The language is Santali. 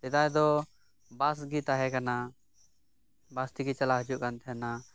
ᱥᱮᱫᱟᱭ ᱫᱚ ᱵᱟᱥᱜᱤ ᱛᱟᱦᱮᱸ ᱠᱟᱱᱟ ᱵᱟᱥ ᱛᱮᱜᱤ ᱪᱟᱞᱟᱜ ᱦᱤᱡᱩᱜ ᱠᱟᱱᱛᱟᱦᱮᱱᱟ